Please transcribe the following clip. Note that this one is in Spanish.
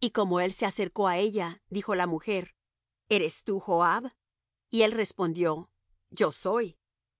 y como él se acercó á ella dijo la mujer eres tú joab y él respondió yo soy